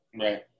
Right